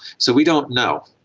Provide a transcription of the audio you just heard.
so we don't know.